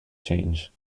change